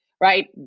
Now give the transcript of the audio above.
Right